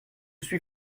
suis